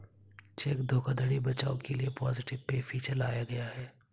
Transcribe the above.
check धोखाधड़ी बचाव के लिए पॉजिटिव पे फीचर लाया गया है